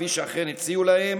כפי שאכן הציעו להם,